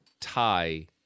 tie